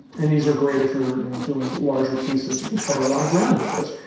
and these are great if you're you know doing larger pieces. you can cover a lot of ground with this.